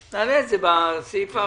נעלה את זה בסעיף האחרון.